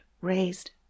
raised